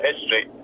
history